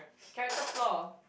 character flow